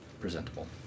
presentable